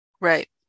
Right